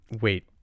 wait